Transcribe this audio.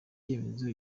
cyemezo